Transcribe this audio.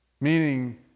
Meaning